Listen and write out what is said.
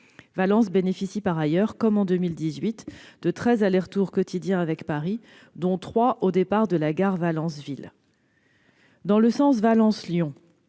Valence bénéficie par ailleurs, comme en 2018, de 13 allers-retours quotidiens avec Paris, dont 3 au départ de la gare de Valence-Ville. Dans le sens Valence-Lyon,